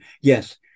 Yes